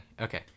Okay